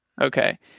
okay